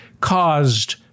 caused